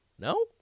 No